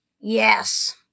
Yes